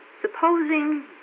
Supposing